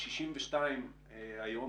בגיל 62 היום,